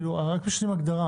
משנים רק הגדרה.